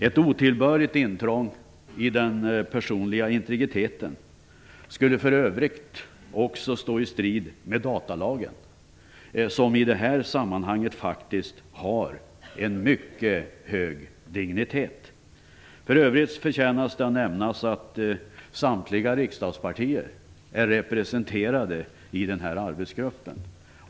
Ett otillbörligt intrång i den personliga integriteten skulle för övrigt också stå i strid med datalagen, som i det här sammanhanget faktiskt har en mycket hög dignitet. För övrigt förtjänas att nämnas att samtliga riksdagspartier är representerade i den här arbetsgruppen.